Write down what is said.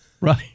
Right